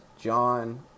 John